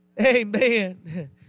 amen